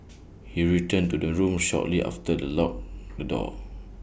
he returned to the room shortly after the locked the door